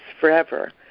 forever